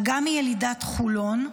אגם היא ילידת חולון.